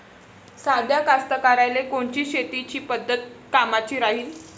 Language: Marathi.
साध्या कास्तकाराइले कोनची शेतीची पद्धत कामाची राहीन?